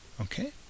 okay